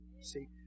See